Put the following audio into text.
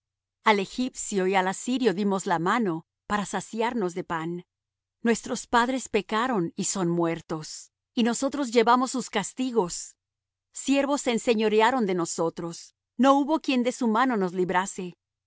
al egipcio y al asirio dimos la mano para saciarnos de pan nuestros padres pecaron y son muertos y nosotros llevamos sus castigos siervos se enseñorearon de nosotros no hubo quien de su mano nos librase